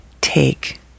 take